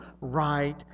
right